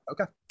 Okay